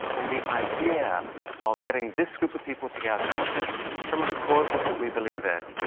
and the idea of getting this group of people together some of the causes that we believe in,